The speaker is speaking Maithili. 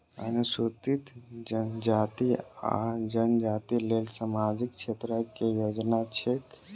अनुसूचित जाति वा जनजाति लेल सामाजिक क्षेत्रक केँ योजना छैक?